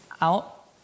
out